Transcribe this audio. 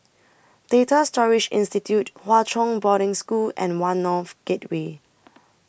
Data Storage Institute Hwa Chong Boarding School and one North Gateway